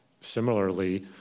Similarly